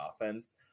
offense